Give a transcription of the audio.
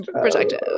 Protective